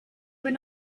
were